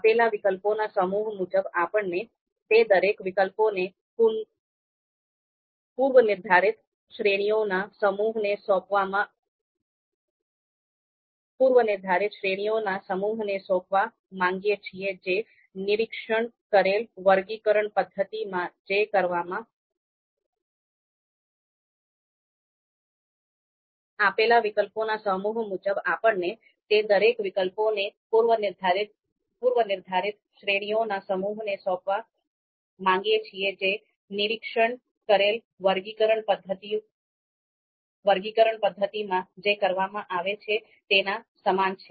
આપેલા વિકલ્પોના સમૂહ મુજબ આપણે તે દરેક વિકલ્પોને પૂર્વનિર્ધારિત શ્રેણીઓના સમૂહને સોંપવા માંગીએ છીએ જે નિરીક્ષણ કરેલ વર્ગીકરણ પદ્ધતિમાં જે કરવામાં આવે છે તેના સમાન છે